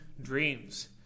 dreams